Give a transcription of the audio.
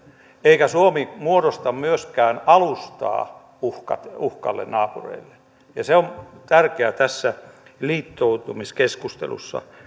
eikä suomi muodosta myöskään alustaa uhkalle uhkalle naapureille se on tärkeää tässä liittoutumiskeskustelussa